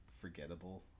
forgettable